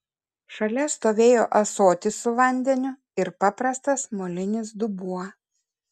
šalia stovėjo ąsotis su vandeniu ir paprastas molinis dubuo